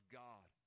god